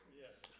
Yes